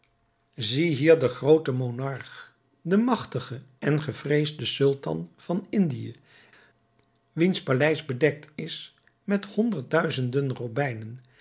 zie hier den grooten monarch den magtigen en gevreesden sultan van indië wiens paleis bedekt is met honderd duizenden robijnen